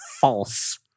False